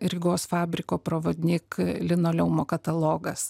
rygos fabriko pravodnik linoleumo katalogas